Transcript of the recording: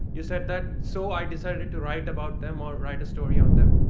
you said that so i decided to write about them or write a story on them.